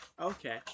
Okay